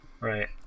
right